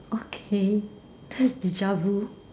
okay deja-vu